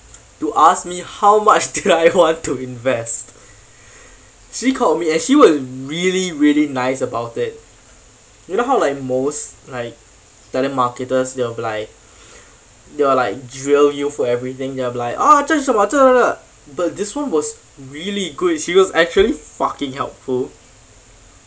to ask me how much do I want to invest she called me and she was really really nice about it you know how like most like telemarketers they'll be like they will like drill you for everything they'll be like ah 这是什么这这这 but this one was really good she was actually fucking helpful